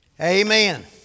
Amen